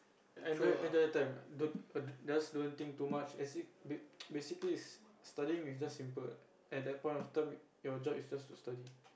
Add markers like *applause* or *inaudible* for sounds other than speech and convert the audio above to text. enjoy enjoy your time don't just don't think too much as in *noise* basically studying is just simple at that point of time your job is just to study